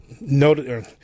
noted –